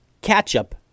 Ketchup